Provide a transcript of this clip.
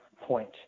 point